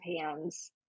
hands